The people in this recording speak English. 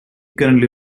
currently